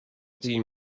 petit